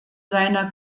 seiner